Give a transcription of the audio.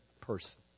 person